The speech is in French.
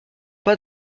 pas